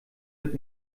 mit